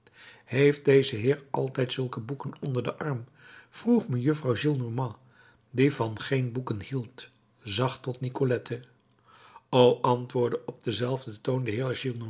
heeft deze heer altijd zulke boeken onder den arm vroeg mejuffrouw gillenormand die van geen boeken hield zacht tot nicolette o antwoordde op denzelfden toon